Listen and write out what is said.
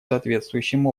соответствующим